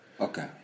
okay